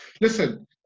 Listen